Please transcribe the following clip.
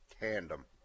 tandem